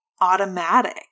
automatic